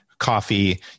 coffee